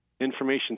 information